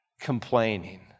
complaining